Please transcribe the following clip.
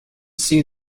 see